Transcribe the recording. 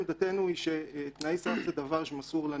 עמדתנו היא שתנאי סף זה דבר שמסור לנציבות,